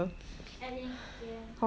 add in hokkien